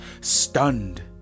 stunned